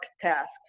tasks